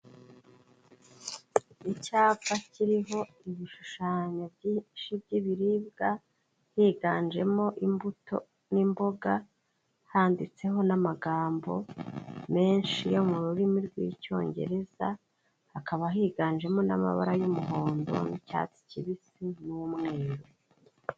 Icyapa kiriho ibishushanyo byinshi by'ibiribwa, higanjemo imbuto n'imboga, handitseho n'amagambo menshi yo mu rurimi rw'icyongereza, hakaba higanjemo n'amabara y'umuhondo n'icyatsi kibisi n'umweru.